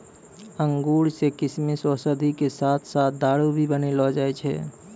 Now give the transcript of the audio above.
अंगूर सॅ किशमिश, औषधि के साथॅ साथॅ दारू भी बनैलो जाय छै